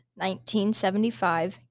1975